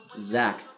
Zach